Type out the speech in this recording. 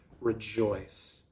Rejoice